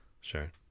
Sure